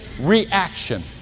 reaction